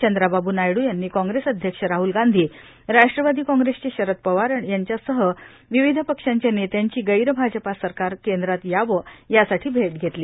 चंद्राबाबू नायडू यांनी काँग्रेस अध्यक्ष राहुल गांधी राष्ट्रवादी काँग्रेसचे शरद पवार यांच्यासहित विविध पक्षांच्या नेत्यांची गैर भाजपा सरकार केंद्रात यावी यासाठी भेट घेतली